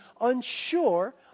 unsure